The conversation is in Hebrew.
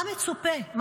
חלילה, מה מצופה?